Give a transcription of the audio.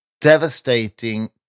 devastating